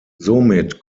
somit